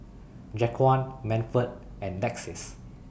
Jaquan Manford and Lexis